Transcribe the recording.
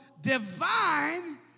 divine